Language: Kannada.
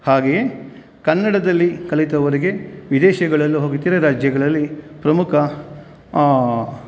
ಹಾಗೆಯೇ ಕನ್ನಡದಲ್ಲಿ ಕಲಿತವರಿಗೆ ವಿದೇಶಗಳಲ್ಲು ಇತರೆ ರಾಜ್ಯಗಳಲ್ಲಿ ಪ್ರಮುಖ